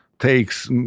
takes